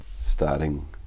starting